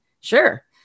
Sure